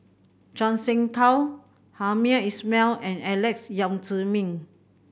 Zhuang Shengtao Hamed Ismail and Alex Yam Ziming